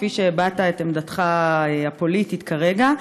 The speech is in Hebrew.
כפי שהבעת את עמדתך הפוליטית כרגע,